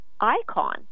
icon